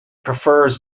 prefers